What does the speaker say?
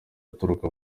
aturuka